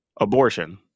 abortion